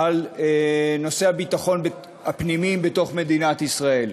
לנושאי הביטחון הפנימיים בתוך מדינת ישראל.